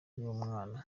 y’umwana